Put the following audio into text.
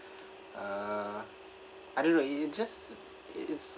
uh I don't know it it just it's